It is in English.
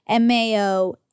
MAO